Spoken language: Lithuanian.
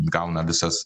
gauna visas